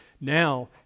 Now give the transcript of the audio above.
now